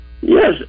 Yes